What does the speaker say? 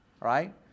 right